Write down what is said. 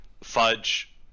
fudge